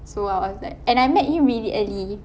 so I was like and I met him really early